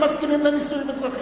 הם מסכימים לנישואים אזרחיים.